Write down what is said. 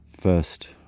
first